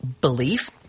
belief